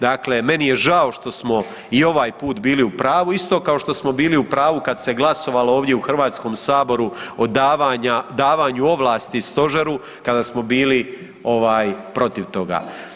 Dakle, meni je žao što smo i ovaj put bili u pravu, isto kao što smo bili u pravu kad se glasovalo ovdje u HS o davanju ovlasti stožeru, kada smo bili ovaj protiv toga.